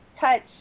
touch